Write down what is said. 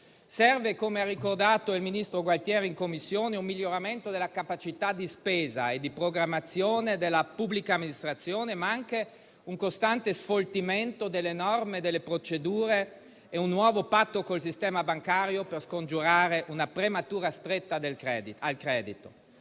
Come ha ricordato il ministro Gualtieri in Commissione, serve un miglioramento della capacità di spesa e di programmazione della pubblica amministrazione, ma anche un costante sfoltimento delle norme e delle procedure e un nuovo patto col sistema bancario, per scongiurare una prematura stretta al credito.